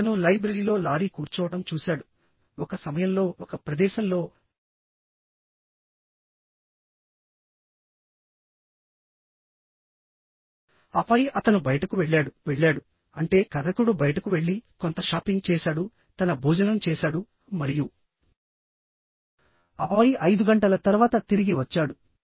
అతను లైబ్రరీలో లారీ కూర్చోవడం చూశాడుఒక సమయంలో ఒక ప్రదేశంలోఆపై అతను బయటకు వెళ్ళాడువెళ్ళాడుఅంటేకథకుడు బయటకు వెళ్లికొంత షాపింగ్ చేసాడు తన భోజనం చేసాడు మరియు ఆపై ఐదు గంటల తర్వాత తిరిగి వచ్చాడు